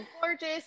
gorgeous